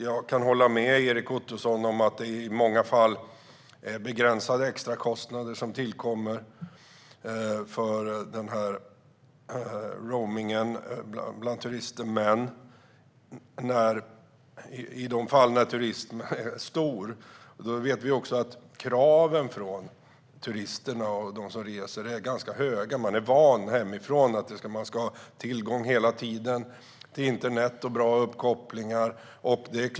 Jag kan hålla med Erik Ottoson om att det i många fall är begränsade extrakostnader som tillkommer för roamingen, men i de fall där turismen är stor är också kraven från turister och andra som reser ganska höga. De är vana hemifrån vid att ha tillgång till internet hela tiden, och det ska vara bra uppkopplingar.